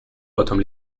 bottom